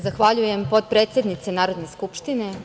Zahvaljujem potpredsednice Narodne skupštine.